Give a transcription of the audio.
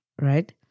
Right